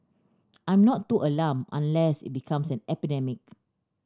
I'm not too alarmed unless it becomes an epidemic